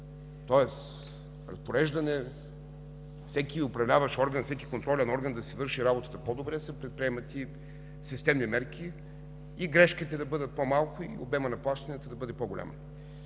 тоест разпореждане, всеки управляващ орган и всеки контролен орган да си върши работата по-добре, се предприемат и системни мерки и грешките да бъдат по-малко, и обемът на плащанията да бъде по-голям.